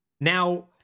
Now